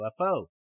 UFO